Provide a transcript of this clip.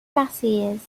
marseillaise